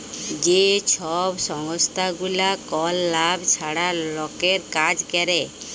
যে ছব সংস্থাগুলা কল লাভ ছাড়া লকের কাজ ক্যরে